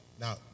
Now